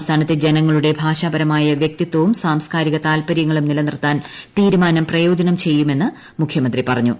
സംസ്ഥാനത്തെ ജനങ്ങളുടെ ഭാഷാപരമായ വ്യക്തിത്വവും സാംസ്കാരിക താല്പര്യങ്ങളും നിലനിർത്താൻ തീരുമാനം പ്രയോജനം ചെയ്യുമെന്ന് മുഖ്യമന്ത്രി പറഞ്ഞു